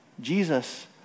Jesus